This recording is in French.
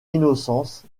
innocence